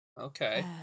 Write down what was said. Okay